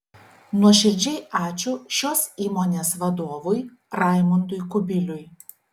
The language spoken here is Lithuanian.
nuoširdžiai ačiū šios įmonės vadovui raimundui kubiliui